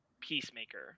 Peacemaker